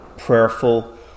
prayerful